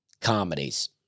comedies